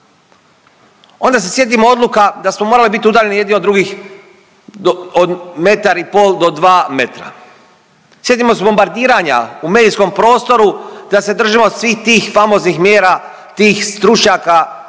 Onda se sjetimo odluka da smo morali biti udaljeni jedni od drugih od metar i pol do dva metra. Sjetimo se bombardiranja u medijskom prostoru da se držimo svih tih famoznih mjera, tih stručnjaka